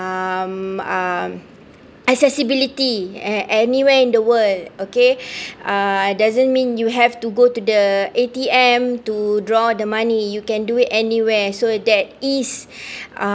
um um accessibility a~ anywhere in the world okay uh doesn't mean you have to go to the A_T_M to draw the money you can do it anywhere so that is uh